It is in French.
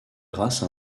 grâce